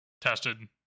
tested